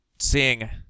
seeing